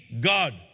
God